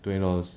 twenty dollars